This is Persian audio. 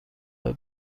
های